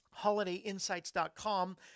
HolidayInsights.com